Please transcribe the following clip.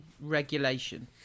regulation